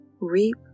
reap